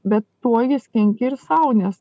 be tuo jis kenkia ir sau nes